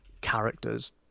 characters